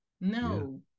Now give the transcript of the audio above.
no